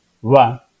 one